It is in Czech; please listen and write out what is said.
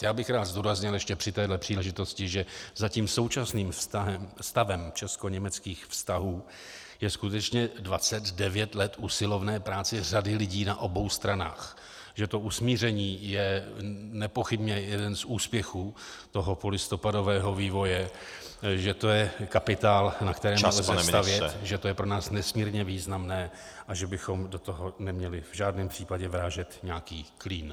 Já bych rád zdůraznil ještě při téhle příležitosti, že za současným stavem českoněmeckých vztahů je skutečně 29 let usilovné práce řady lidí na obou stranách, že to usmíření je nepochybně jeden z úspěchů polistopadového vývoje, že to je kapitál , na kterém lze stavět, že to je pro nás nesmírně významné a že bychom do toho neměli v žádném případě vrážet nějaký klín.